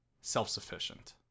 self-sufficient